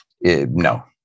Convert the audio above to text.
No